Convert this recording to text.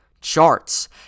charts